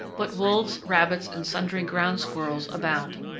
but wolves, rabbits, and sundry ground squirrels abound.